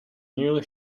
newly